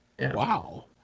Wow